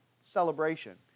celebration